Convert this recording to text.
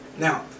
Now